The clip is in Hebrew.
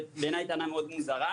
בעיניי זו טענה מאוד מוזרה.